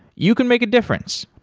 you can make a difference.